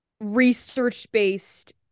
research-based